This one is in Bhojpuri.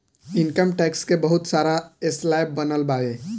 इनकम टैक्स के बहुत सारा स्लैब बनल बावे